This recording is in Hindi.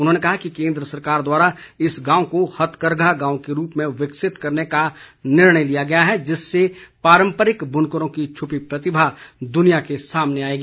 उन्होंने कहा कि केन्द्र सरकार द्वारा इस गांव को हथकरघा गांव के रूप में विकसित करने का निर्णय लिया गया है जिससे पारम्परिक बुनकरों की छ्पी प्रतिभा द्निया के सामने आएगी